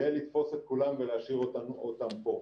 כדי לתפוס את כולם ולהשאיר אותם פה.